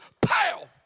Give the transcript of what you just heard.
pow